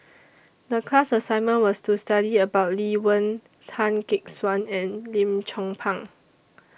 The class assignment was to study about Lee Wen Tan Gek Suan and Lim Chong Pang